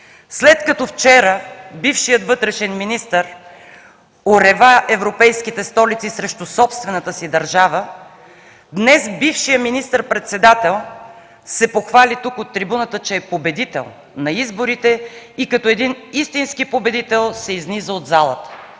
След като вчера бившият вътрешен министър орева европейските столици срещу собствената си държава, днес бившият министър-председател се похвали тук от трибуната, че е победител на изборите и като един истински победител се изниза от залата.